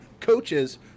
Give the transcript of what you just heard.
coaches